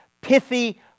pithy